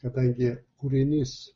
kadangi kūrinys